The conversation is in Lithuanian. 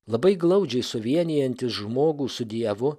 labai glaudžiai suvienijantis žmogų su dievu